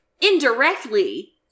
Indirectly